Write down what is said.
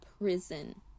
prison